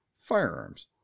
firearms